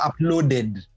uploaded